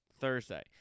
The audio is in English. Thursday